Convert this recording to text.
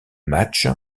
match